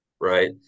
right